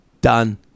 Done